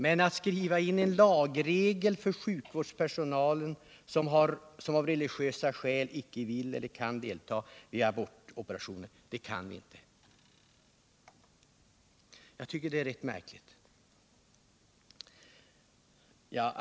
Men att skriva in en lagregel för sjukvårdspersonal som av religiösa skäl inte vill eller kan delta i abortoperationer — det kan vi inte. Jag tycker det är rätt märkligt.